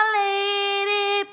lady